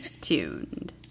tuned